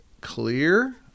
clear